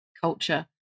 culture